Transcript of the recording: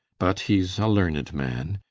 but he's a learned man.